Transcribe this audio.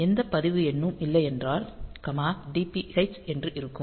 எந்த பதிவு எண்ணும் இல்லை என்றால் கமா DPH என்று இருக்கும்